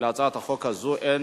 הצעת החוק הבאה היא